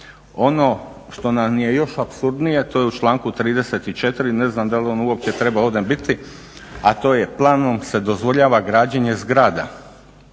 Ono što nam je još apsurdnije, to je u članku 34., ne znam dal on uopće treba ovdje biti, a to je planom se dozvoljava građenje zgrada